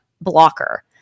blocker